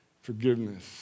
Forgiveness